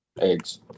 Eggs